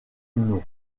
nom